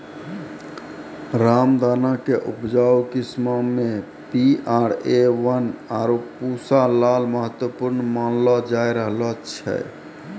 रामदाना के उपजाऊ किस्मो मे पी.आर.ए वन, आरु पूसा लाल महत्वपूर्ण मानलो जाय रहलो छै